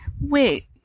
Wait